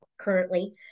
currently